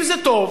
אם זה טוב,